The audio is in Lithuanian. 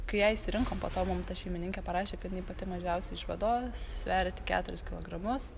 kai ją išsirinkom po to mum ta šeimininkė parašė kad jinai pati mažiausia iš vados sveria tik keturis kilogramus